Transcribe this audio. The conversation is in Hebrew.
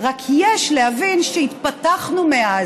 רק יש להבין שהתפתחנו מאז.